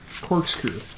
Corkscrew